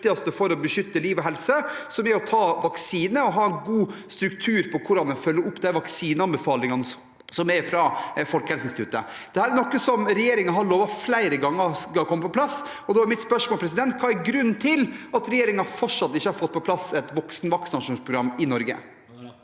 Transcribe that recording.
for å beskytte liv og helse: å ta vaksine og ha god struktur på hvordan vi følger opp vaksineanbefalingene fra Folkehelseinstituttet. Dette er noe regjeringen flere ganger har lovet skal komme på plass. Da er mitt spørsmål: Hva er grunnen til at regjeringen fortsatt ikke har fått på plass et voksenvaksinasjonsprogram i Norge?